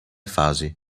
fasi